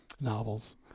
novels